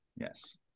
Yes